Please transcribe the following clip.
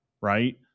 right